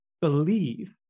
believe